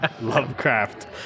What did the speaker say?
Lovecraft